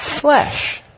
flesh